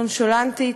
נונשלנטית,